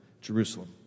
Jerusalem